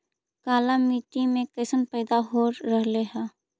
काला मिट्टी मे कैसन पैदा हो रहले है?